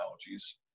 technologies